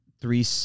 three